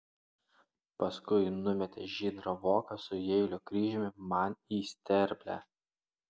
paskui numetė žydrą voką su jeilio kryžiumi man į sterblę